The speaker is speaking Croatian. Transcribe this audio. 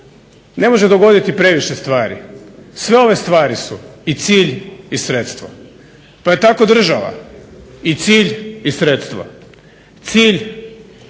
ne može dogoditi previše stvari sve ove stvari su i cilj i sredstvo. Pa je tako država i cilj i sredstvo. Cilj